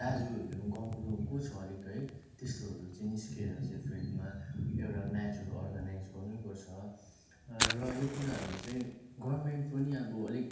दाजुहरूले गाउँको अब को छ अलिक है त्यस्तोहरू चाहिँ निस्किएर चाहिँ फिल्डमा एउटा म्याचहरू अर्गनाइज गर्नैपर्छ र यो कुराहरू चाहिँ गभर्मेन्ट पनि अब अलिक